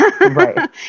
Right